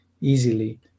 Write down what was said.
easily